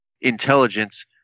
intelligence